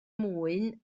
mwyn